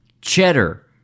Cheddar